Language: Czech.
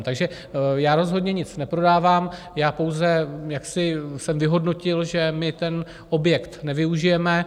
Takže já rozhodně nic neprodávám, pouze jsem vyhodnotil, že my ten objekt nevyužijeme.